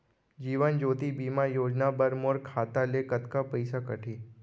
जीवन ज्योति बीमा योजना बर मोर खाता ले कतका पइसा कटही?